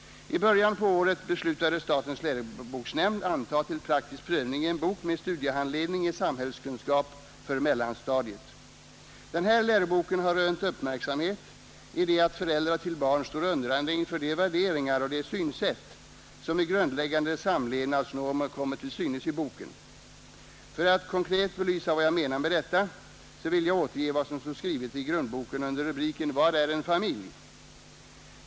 I början på året beslutade statens läroboksnämnd antaga till praktisk prövning en bok med studiehandledning i samhällskunskap för mellanstadiet. Den här läroboken har rönt uppmärksamhet i det att föräldrar till barn står undrande inför de värderingar och det synsätt som i grundläggande samlevnadsnormer kommer till synes i boken. För att konkret belysa vad jag menar med detta vill jag återge vad som står skrivet i grundboken under rubriken Vad är en familj?